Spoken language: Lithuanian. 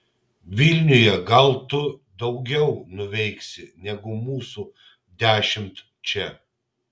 vilniuje gal tu daugiau nuveiksi negu mūsų dešimt čia